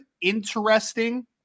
interesting